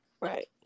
Right